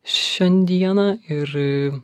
šiandieną ir